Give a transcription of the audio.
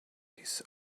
his